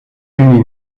juni